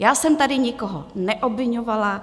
Já jsem tady nikoho neobviňovala.